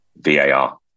VAR